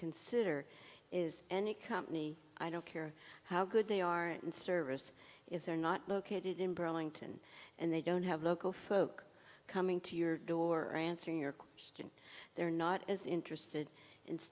consider is any company i don't care how good they aren't in service if they're not located in burlington and they don't have local folk coming to your door answering your questions they're not as interested